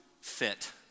fit